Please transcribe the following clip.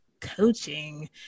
coaching